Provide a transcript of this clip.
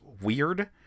weird